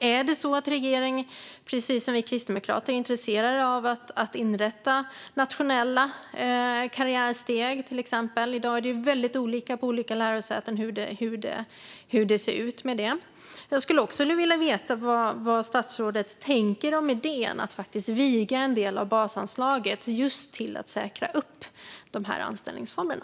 Är det så att regeringen, precis som vi kristdemokrater, är intresserade av att inrätta nationella karriärsteg, till exempel? I dag ser det ju väldigt olika ut på olika lärosäten. Jag skulle också vilja veta vad statsrådet tänker om idén att faktiskt viga en del av basanslaget just till att säkra upp de här anställningsformerna.